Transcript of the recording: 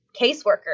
caseworker